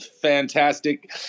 Fantastic